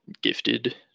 gifted